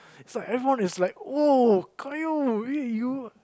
so everyone was like !woah! you